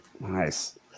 Nice